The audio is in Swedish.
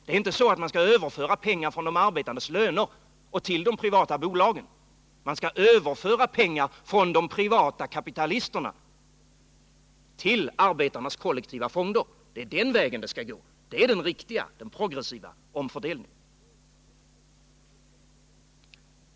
Man skall inte överföra pengar från de arbetandes löner till de privata bolagen. Man skall överföra pengar från de privata kapitalisterna till arbetarnas kollektiva fonder. Det är den vägen det skall gå. Det är den riktiga, den progressiva omfördelningen.